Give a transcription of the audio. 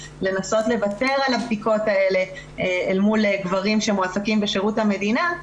לנסות לוותר על הבדיקות האלה אל מול גברים שמועסקים בשירות המדינה.